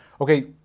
okay